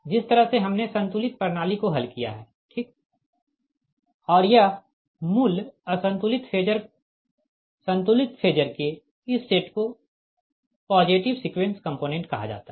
जिस तरह से हमने संतुलित प्रणाली को हल किया है ठीक और यह मूल असंतुलित फेजर संतुलित फेज के इस सेट को पॉजिटिव सीक्वेंस कंपोनेंट्स कहा जाता है